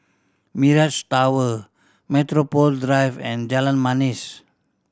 Mirage Tower Metropole Drive and Jalan Manis